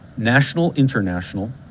national international,